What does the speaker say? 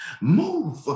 Move